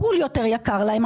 חו"ל יותר יקר להם,